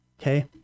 Okay